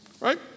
Right